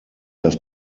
das